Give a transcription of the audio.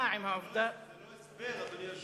יש בעיה עם העובדה, זה לא הסבר, אדוני היושב-ראש.